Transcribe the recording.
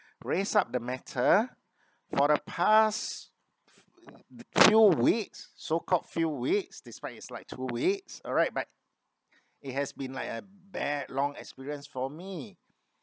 raised up the matter for the past few weeks so called few weeks despite it's like two weeks alright but it has been like a bad long experience for me